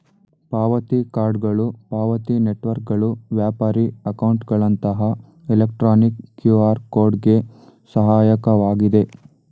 ಪಾವತಿ ಕಾರ್ಡ್ಗಳು ಪಾವತಿ ನೆಟ್ವರ್ಕ್ಗಳು ವ್ಯಾಪಾರಿ ಅಕೌಂಟ್ಗಳಂತಹ ಎಲೆಕ್ಟ್ರಾನಿಕ್ ಕ್ಯೂಆರ್ ಕೋಡ್ ಗೆ ಸಹಾಯಕವಾಗಿದೆ